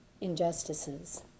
injustices